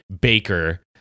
baker